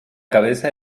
cabeza